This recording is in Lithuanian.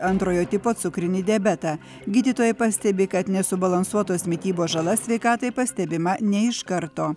antrojo tipo cukrinį diabetą gydytojai pastebi kad nesubalansuotos mitybos žala sveikatai pastebima ne iš karto